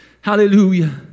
Hallelujah